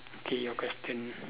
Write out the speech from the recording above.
okay your question